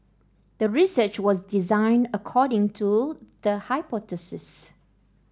the research was designed according to the hypothesis